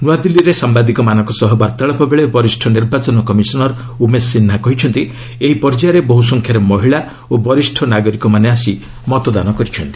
ନ୍ନଆଦିଲ୍ଲୀରେ ସାମ୍ଭାଦିକମାନଙ୍କ ସହ ବାର୍ଭାଳାପ ବେଳେ ବରିଷ୍ଣ ନିର୍ବାଚନ କମିଶନର୍ ଉମେଶ ସିହ୍ନା କହିଛନ୍ତି ଏହି ପର୍ଯ୍ୟାୟରେ ବହୁସଂଖ୍ୟାରେ ମହିଳା ଓ ବରିଷ୍ଣ ନାଗରିକମାନେ ଆସି ମତଦାନ କରିଛନ୍ତି